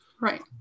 Right